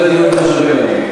אתה גם מטיל ספק בזה?